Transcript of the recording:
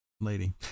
lady